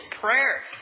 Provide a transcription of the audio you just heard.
prayer